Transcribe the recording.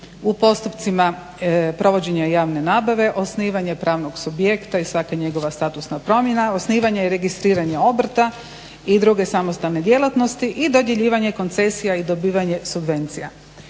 u postupcima provođenja javne nabave, osnivanje pravnog subjekta i svaka njegova statusna promjena, osnivanje i registriranje obrta i druge samostalne djelatnosti i dodjeljivanje koncesija i dobivanje subvencija.